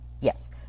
Yes